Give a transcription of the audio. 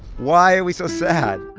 why are we so sad?